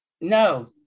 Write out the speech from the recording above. No